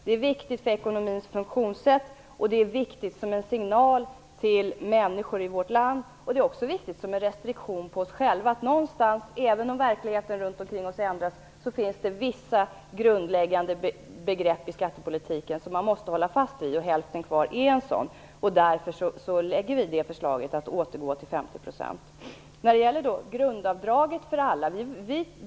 Det är viktigt för ekonomins funktionssätt och som en signal för människor i vårt land. Det är också viktigt som en restriktion för oss själva. Även om verkligheten runt omkring oss ändras finns det ändå vissa grundläggande begrepp i skattepolitiken som man måste hålla fast vid. Hälften kvar är ett sådant begrepp. Därför lägger vi fram förslaget att man skall återgå till en marginalskatt på 50 %.